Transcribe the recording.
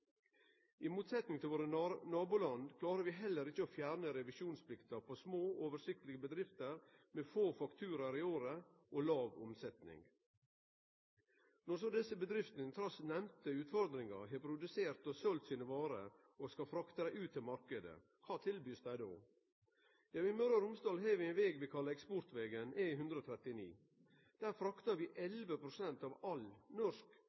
I motsetning til våre naboland klarer vi heller ikkje å fjerne revisjonsplikta på små, oversiktlege bedrifter med få fakturaer i året og låg omsetning. Når så desse bedriftene, trass i nemnde utfordringar, har produsert og selt sine varer og skal frakte dei ut til marknaden, kva blir dei då tilbydd? Jo, i Møre og Romsdal har vi ein veg vi kallar eksportvegen, E139. Der fraktar vi 11 pst. av all norsk